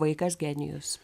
vaikas genijus